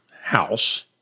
house